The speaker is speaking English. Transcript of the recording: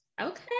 Okay